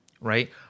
right